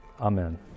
Amen